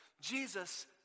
Jesus